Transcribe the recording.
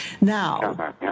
Now